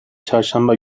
çarşamba